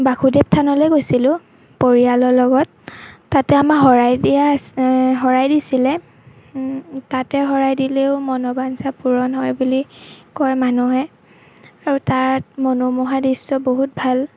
বাসুদেৱ থানলৈ গৈছিলোঁ পৰিয়ালৰ লগত তাতে আমাক শৰাই দিয়া শৰাই দিছিলে তাতে শৰাই দিলেও মনৰ বাঞ্ছা পূৰণ হয় বুলি কয় মানুহে আৰু তাত মনোমোহা দৃশ্য বহুত ভাল